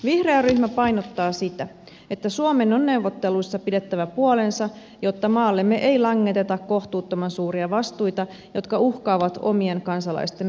vihreä ryhmä painottaa sitä että suomen on neuvotteluissa pidettävä puolensa jotta maallemme ei langeteta kohtuuttoman suuria vastuita jotka uhkaavat omien kansalaistemme hyvinvointia